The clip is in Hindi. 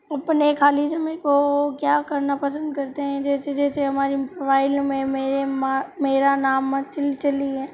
अपने खाली समय को क्या करना पसंद करते हैं जैसे जैसे हमारे मोबाइल में मेरे मा मेरा नाम मनचली है